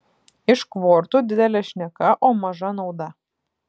iš kvortų didelė šneka o maža nauda